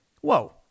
Whoa